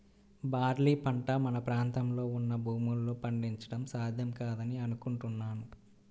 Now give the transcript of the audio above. barley పంట మన ప్రాంతంలో ఉన్న భూముల్లో పండించడం సాధ్యం కాదని అనుకుంటున్నాను